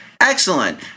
excellent